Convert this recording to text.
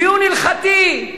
דיון הלכתי,